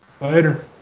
Later